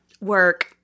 Work